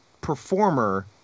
performer